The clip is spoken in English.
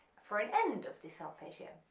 for an end of this arpeggio,